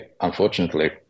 unfortunately